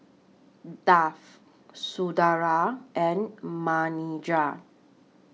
Dev Sunderlal and Manindra